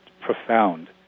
profound